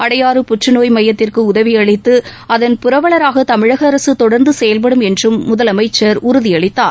அடையாறு புற்றுநோய் மையத்திற்கு உதவி அளித்து அதன் புரவலராக தமிழக அரசு தொடர்ந்து செயல்படும் என்றும் முதலமைச்சர் உறுதியளித்தார்